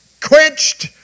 quenched